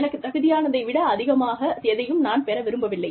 எனக்குத் தகுதியானதை விட அதிகமாக எதையும் நான் பெற விரும்பவில்லை